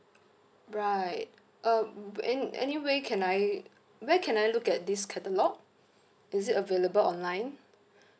right um an~ anyway can I where can I look at this catalogue is it available online